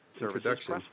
introduction